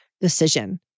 decision